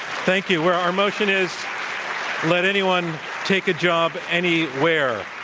thank you. we're our motion is let anyone take a job anywhere.